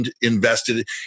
invested